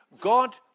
God